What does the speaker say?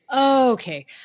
okay